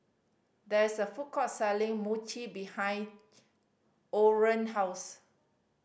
there is a food court selling Mochi behind Orren house